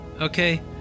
Okay